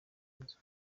nzu